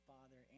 Father